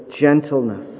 gentleness